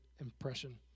impression